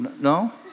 No